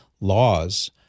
laws